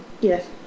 Yes